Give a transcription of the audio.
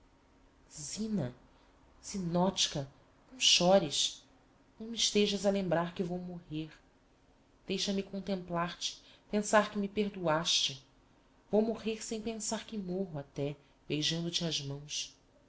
a deixar zina zinotchka não chores não me estejas a lembrar que vou morrer deixa-me contemplar te pensar que me perdoáste vou morrer sem pensar que morro até beijando te as mãos